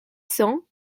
cents